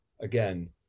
again